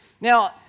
Now